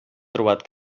trobat